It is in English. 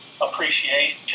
appreciation